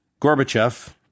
Gorbachev